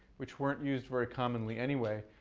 which weren't used very commonly anyway,